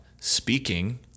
speaking